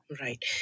Right